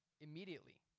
immediately